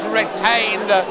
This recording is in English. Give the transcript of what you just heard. retained